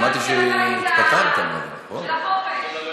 שמעתי שהתפטרת, זה נכון?